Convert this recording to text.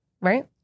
right